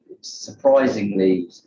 Surprisingly